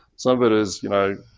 some of it is, you know,